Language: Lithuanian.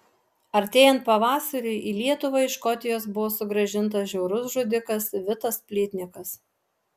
artėjant pavasariui į lietuvą iš škotijos buvo sugrąžintas žiaurus žudikas vitas plytnikas